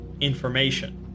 information